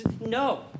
No